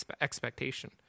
expectation